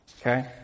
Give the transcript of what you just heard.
okay